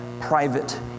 private